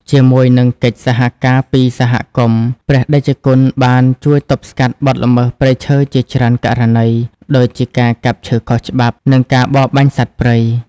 ជាមួយនឹងកិច្ចសហការពីសហគមន៍ ព្រះតេជគុណបានជួយទប់ស្កាត់បទល្មើសព្រៃឈើជាច្រើនករណី ដូចជាការកាប់ឈើខុសច្បាប់ និងការបរបាញ់សត្វព្រៃ។